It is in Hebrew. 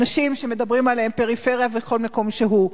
אנשים שמדברים עליהם, בפריפריה ובכל מקום שהוא.